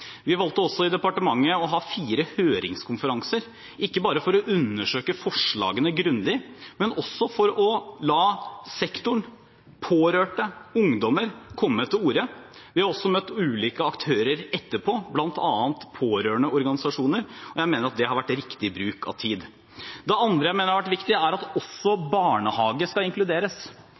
Vi valgte også i departementet å ha fire høringskonferanser – ikke bare for å undersøke forslagene grundig, men også for å la sektoren, pårørende og ungdommer komme til orde. Vi har også møtt ulike aktører etterpå, bl.a. pårørendeorganisasjoner, og jeg mener det har vært riktig bruk av tid. Det andre jeg mener har vært viktig, er at også barnehagene skal inkluderes.